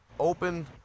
open